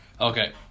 Okay